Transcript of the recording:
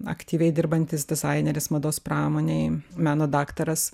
aktyviai dirbantis dizaineris mados pramonėj meno daktaras